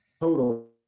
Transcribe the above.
total